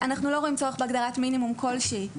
אנחנו לא רואים צורך בהגדרת מינימום כלשהי.